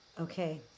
Okay